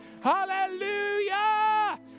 Hallelujah